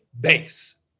base